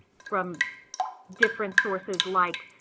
from different sources like